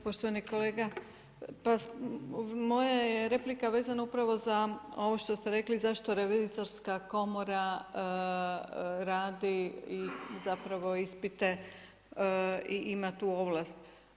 Poštovani kolega, moja je replika vezana upravo za ovo što ste rekli zašto revizorska komora radi i zapravo ispite i ima tu ovlast.